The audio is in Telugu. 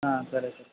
సరే సార్